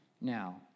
Now